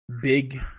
big